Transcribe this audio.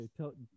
okay